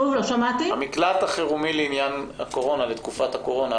המקלט החירומי לעניין הקורונה, לתקופת הקורונה.